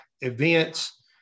events